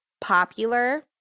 popular